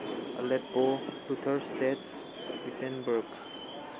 ꯑꯂꯦꯞꯄꯣ Luther ꯏꯁꯇꯦꯠꯁ Wittenberg